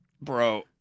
bro